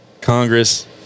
Congress